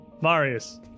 Marius